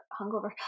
hungover